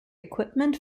equipment